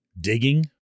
digging